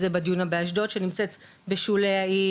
אם זה בדיונה באשדוד שנמצאת בשולי העיר,